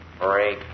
break